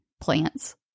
plants